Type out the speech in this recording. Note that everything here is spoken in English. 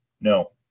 No